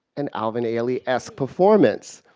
an alvin ailey-esque performance.